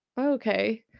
Okay